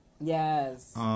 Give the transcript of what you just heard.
Yes